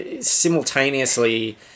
simultaneously